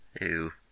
Ew